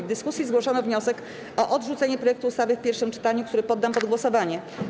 W dyskusji zgłoszono wniosek o odrzucenie projektu ustawy w pierwszym czytaniu, który poddam pod głosowanie.